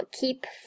keep